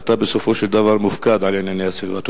אתה בסופו של דבר מופקד על ענייני הסביבה.